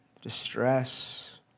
distress